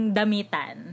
damitan